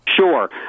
Sure